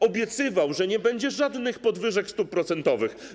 Obiecywał, że nie będzie żadnych podwyżek stóp procentowych.